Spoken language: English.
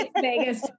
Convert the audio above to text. Vegas